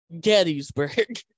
Gettysburg